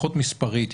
לפחות מספרית,